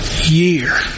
year